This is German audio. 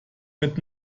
mit